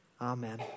Amen